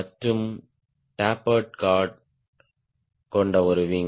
மற்றும் tapered card கொண்ட ஒரு விங்